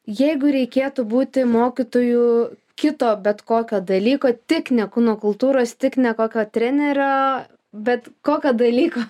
jeigu reikėtų būti mokytoju kito bet kokio dalyko tik ne kūno kultūros tik ne kokio trenerio bet kokio dalyko